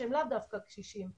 שהם לאו דווקא קשישים,